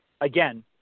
again